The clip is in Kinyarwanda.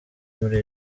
muri